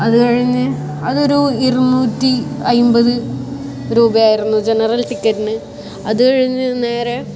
അത് കഴിഞ്ഞ് അതൊരു ഇരുനൂറ്റി അൻപത് രൂപയായിരുന്നു ജനറൽ ടിക്കറ്റിന് അത് കഴിഞ്ഞ് നേരെ